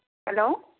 hello